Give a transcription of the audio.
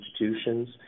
institutions